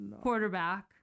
quarterback